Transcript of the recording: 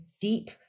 deep